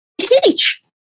teach